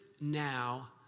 now